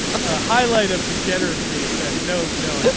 a highlight of degeneracy that knows no. and